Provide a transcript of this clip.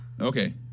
Okay